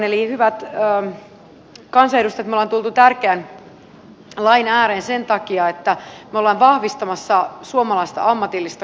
eli hyvät kansanedustajat me olemme tulleet tärkeän lain ääreen sen takia että me olemme vahvistamassa suomalaista ammatillista koulutusta